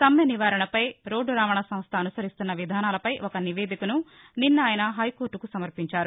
సమ్మె నివారణపై రోడ్లు రవాణా సంస్ట అనుసరిస్తున్న విధానాలపై ఒక నివేదికను నిన్న ఆయన హైకోర్లుకు సమర్పించారు